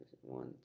one